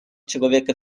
человека